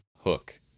Hook